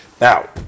now